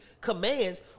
commands